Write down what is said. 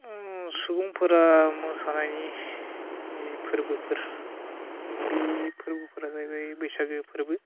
सुबुंफोरा मोसानायनि फोरबोफोर बे फोरबोफोरा जाहैबाय बैसागु फोरबो